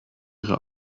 ihre